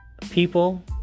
people